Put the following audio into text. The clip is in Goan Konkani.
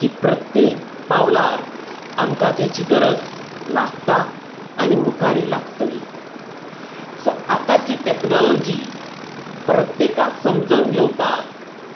की प्रत्येक पावलार आमकां तेची गरज लागता आनी मुखारय लागतली सो आतां ती टॅक्नोलॉजी प्रत्येकाक समजून घेवपाक